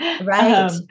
Right